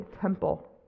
temple